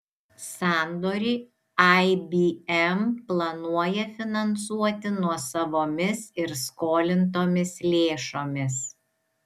sandorį ibm planuoja finansuoti nuosavomis ir skolintomis lėšomis